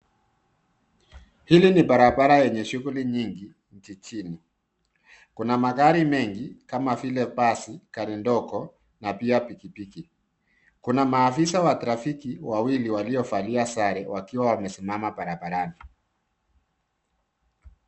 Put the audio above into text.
Hili ni barabara yenye shughuli nyingi jijini. Kuna magari mengi kama vile basi, gari dogo na pia pikipiki. Kuna maafisa wa trafiki wawili waliovalia sare wakiwa wamesimama barabarani.